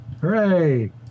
Hooray